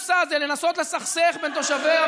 שעשתה לעצמה כשיטה לסכסך בין אוכלוסיות.